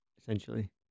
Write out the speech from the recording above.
essentially